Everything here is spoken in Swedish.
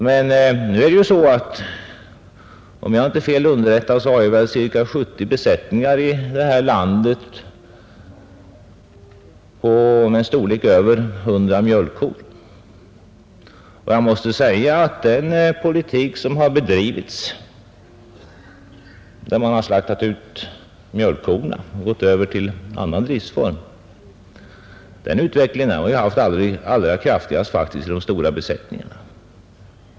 Men om jag inte är fel underrättad så har vi cirka 70 besättningar i det här landet med en storlek på över 100 mjölkkor. Den politik som bedrivits — den har medfört att man slaktat ut mjölkkorna och gått över till annan driftsform — har fått den allra kraftigaste effekten i just de stora besättningarna.